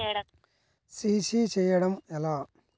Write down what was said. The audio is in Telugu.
సి.సి చేయడము ఎలా?